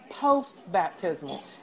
post-baptismal